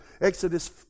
Exodus